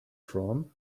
from